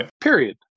period